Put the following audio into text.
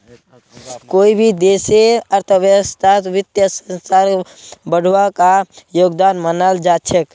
कोई भी देशेर अर्थव्यवस्थात वित्तीय संस्थार बडका योगदान मानाल जा छेक